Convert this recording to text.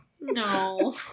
No